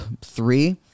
three